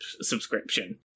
subscription